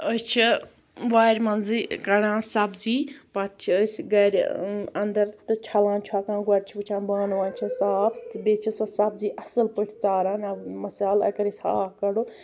أسۍ چھِ وارِ مَنٛزی کَڑان سبزی پَتہٕ چھِ أسۍ گَرِ اَندر تہٕ چھَلان چھۄکان گۄڑٕ چھِ وٕچھان بانہٕ وانہٕ چھا صاف تہٕ بیٚیہِ چھِ سۄ سبزی اصل پٲٹھۍ ژاران مِثال اگر أسۍ ہاکھ کَڑو